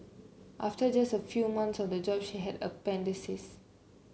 after just a few months on the job she had